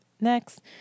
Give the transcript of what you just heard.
Next